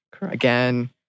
Again